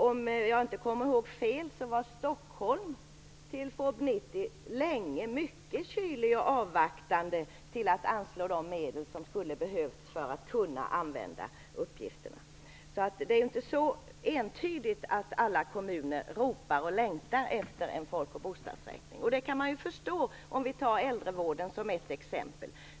Om jag inte minns fel var Stockholm länge mycket kyligt och avvaktande till att anslå de medel som skulle ha behövts för att kunna använda uppgifterna i FoB 90. Det är alltså inte så entydigt att alla kommuner ropar och längtar efter en folk och bostadsräkning. Och det kan man förstå. Låt oss ta äldrevården som ett exempel.